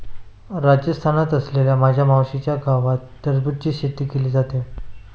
राजस्थानात असलेल्या माझ्या मावशीच्या गावात टरबूजची शेती केली जाते